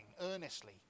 earnestly